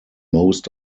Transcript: most